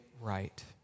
right